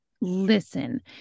listen